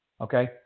okay